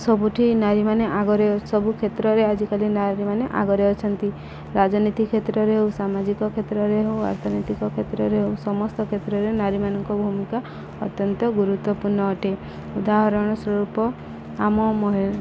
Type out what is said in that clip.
ସବୁଠି ନାରୀମାନେ ଆଗରେ ସବୁ କ୍ଷେତ୍ରରେ ଆଜିକାଲି ନାରୀମାନେ ଆଗରେ ଅଛନ୍ତି ରାଜନୀତି କ୍ଷେତ୍ରରେ ହଉ ସାମାଜିକ କ୍ଷେତ୍ରରେ ହଉ ଅର୍ଥନୈତିକ କ୍ଷେତ୍ରରେ ହଉ ସମସ୍ତ କ୍ଷେତ୍ରରେ ନାରୀମାନଙ୍କ ଭୂମିକା ଅତ୍ୟନ୍ତ ଗୁରୁତ୍ୱପୂର୍ଣ୍ଣ ଅଟେ ଉଦାହରଣ ସ୍ୱରୂପ ଆମ